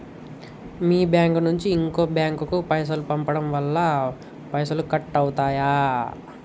మీ bank నుంచి ఇంకో bank కు పైసలు పంపడం వల్ల పైసలు కట్ అవుతయా?